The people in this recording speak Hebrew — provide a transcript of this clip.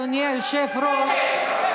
אדוני היושב-ראש,